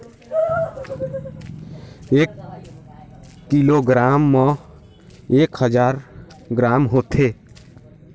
एक किलोग्राम म एक हजार ग्राम होथे